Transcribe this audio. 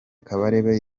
kabarebe